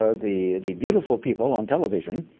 ah the the beautiful people on television